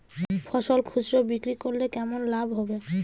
ফসল খুচরো বিক্রি করলে কেমন লাভ হবে?